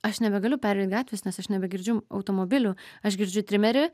aš nebegaliu pereit gatvės nes aš nebegirdžiu automobilių aš girdžiu trimerį